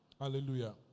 Hallelujah